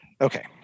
Okay